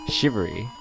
Shivery